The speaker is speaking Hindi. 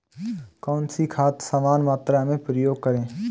कौन सी खाद समान मात्रा में प्रयोग करें?